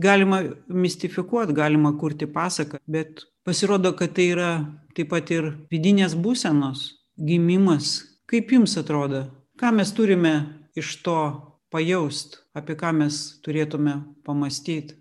galima mistifikuot galima kurti pasaką bet pasirodo kad tai yra taip pat ir vidinės būsenos gimimas kaip jums atrodo ką mes turime iš to pajaust apie ką mes turėtume pamąstyt